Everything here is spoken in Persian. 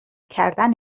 کردن